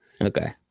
Okay